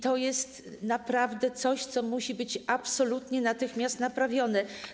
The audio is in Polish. To jest naprawdę coś, co musi być absolutnie natychmiast naprawione.